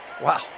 Wow